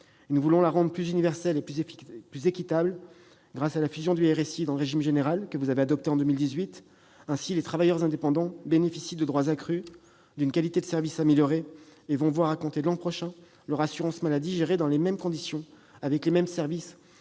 Nous voulons la rendre plus universelle et plus équitable : grâce à la fusion du RSI dans le régime général, que vous avez adoptée en 2018, les travailleurs indépendants bénéficient de droits accrus et d'une qualité de service améliorée. Ils verront, à compter de l'an prochain, leur assurance maladie gérée dans les mêmes conditions que celles qui